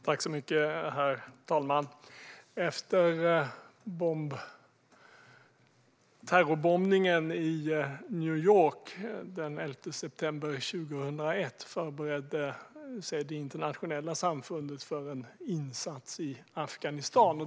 Herr talman! Efter terrorbombningen i New York den 11 september 2001 förberedde sig det internationella samfundet för en insats i Afghanistan.